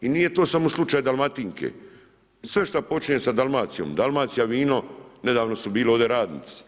I nije to samo slučaj Dalmatinke, sve što počinje sa Dalmacijom, Dalmacija vino, nedavno su bili ovdje radnici.